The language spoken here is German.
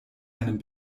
einem